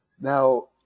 Now